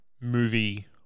movie